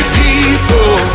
people